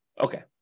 Okay